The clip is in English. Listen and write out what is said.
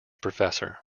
professor